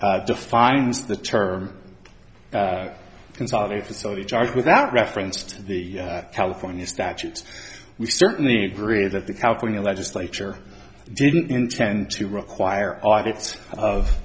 any defines the term consolidated facility charge without reference to the california statutes we certainly agree that the california legislature didn't intend to require audits of